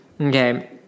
Okay